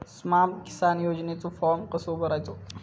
स्माम किसान योजनेचो फॉर्म कसो भरायचो?